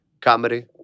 comedy